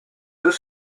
deux